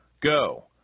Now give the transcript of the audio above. Go